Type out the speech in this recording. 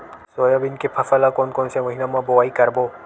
Soybean के फसल ल कोन कौन से महीना म बोआई करबो?